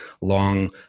long